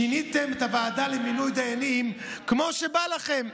שיניתם את הוועדה למינוי דיינים כמו שבא לכם,